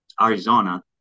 Arizona